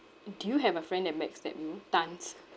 do you have a friend that back stab you tons